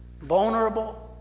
vulnerable